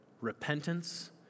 Repentance